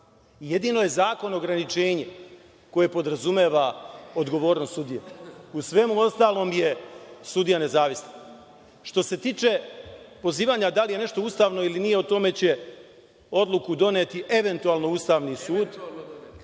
Jedino je zakon ograničenje koje podrazumeva odgovornost sudija, u svemu ostalom je sudija nezavisan. Što se tiče pozivanja da li je nešto ustavno ili nije, o tome će odluku doneti, eventualno, Ustavni sud,